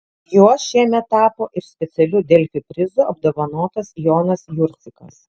juo šiemet tapo ir specialiu delfi prizu apdovanotas jonas jurcikas